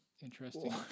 Interesting